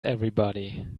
everybody